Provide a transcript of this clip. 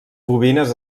bobines